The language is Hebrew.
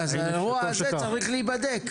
אז האירוע הזה צריך להיבדק.